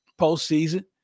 postseason